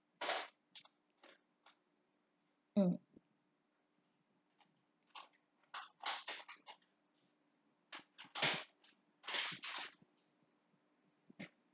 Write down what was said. um